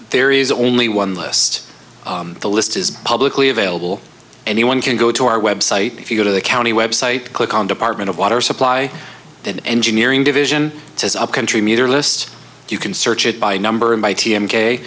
there is only one list the list is publicly available anyone can go to our website if you go to the county website click on department of water supply and engineering division as a contributor list you can search it by number and by t m k